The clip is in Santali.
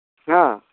ᱦᱮᱸ